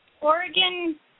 Oregon